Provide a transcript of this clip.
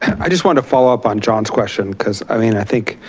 i just want to follow up on john's question cause i mean, i think